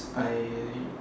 I